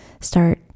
start